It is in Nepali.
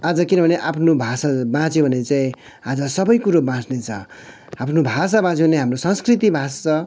आज किनभने आफ्नो भाषा बाँच्यो भने चाहिँ आज सबै कुरो बाँच्ने छ आफ्नो भाषा बाँच्यो भने हाम्रो संस्कृति बाँच्छ